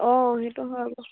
অঁ সেইটো হয়